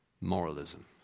moralism